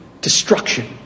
destruction